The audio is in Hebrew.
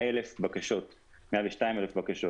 102,000 בקשות